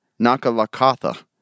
Nakalakatha